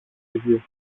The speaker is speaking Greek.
ίδιο